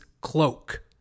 cloak